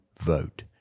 vote